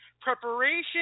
preparation